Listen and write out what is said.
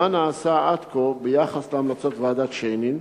1. מה נעשה עד כה ביחס להמלצות ועדת-שיינין?